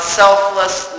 selfless